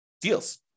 deals